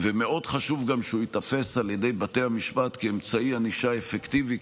ומאוד חשוב שהוא גם ייתפס על ידי בתי המשפט כאמצעי ענישה אפקטיבי,